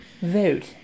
Vote